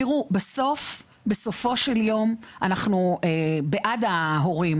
בסופו של יום אנחנו בעד ההורים.